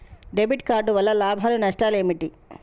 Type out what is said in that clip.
Debit card వల్ల లాభాలు నష్టాలు ఏమిటి?